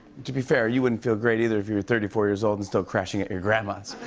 to be fair, you wouldn't feel great, either, if you were thirty four years old and still crashing at your grandma's.